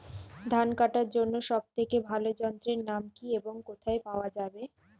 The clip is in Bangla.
ধান কাটার জন্য সব থেকে ভালো যন্ত্রের নাম কি এবং কোথায় পাওয়া যাবে?